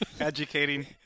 educating